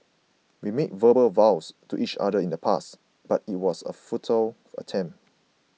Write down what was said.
we made verbal vows to each other in the past but it was a futile attempt